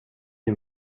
him